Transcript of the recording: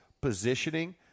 positioning